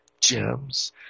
gems